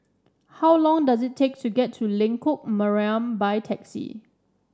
how long does it take to get to Lengkok Mariam by taxi